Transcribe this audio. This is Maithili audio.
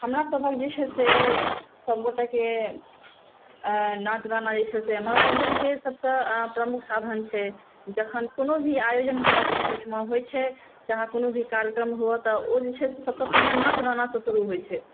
हमरा सभक जे छै से सब गोटेके नाच गाना जे छै से मनोरञ्जनके सबसँ प्रमुख साधन छै जखन कोनो भी आयोजन हमरा सबकेँ ओहिठाम होइ छै चाहे कोनो भी कार्यक्रम होवऽ तऽ ओ जे छै से सबसॅं पहिने नाच गानासँ शुरु होइ छै